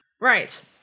Right